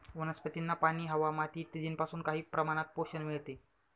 वनस्पतींना पाणी, हवा, माती इत्यादींपासून काही प्रमाणात पोषण मिळते